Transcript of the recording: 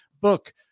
book